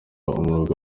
umwuga